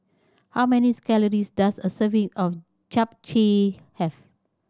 how many calories does a serving of Japchae have